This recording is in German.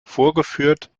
vorgeführt